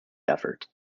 effort